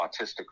autistic